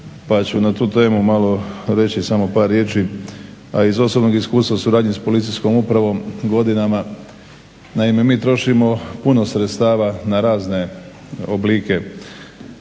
Pa ću na tu temu malo reći samo par riječi, a iz osobnog iskustva u suradnji s policijskom upravom godinama, naime mi trošimo puno sredstava na razne oblike